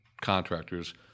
contractors